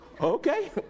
Okay